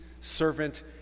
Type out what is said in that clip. servant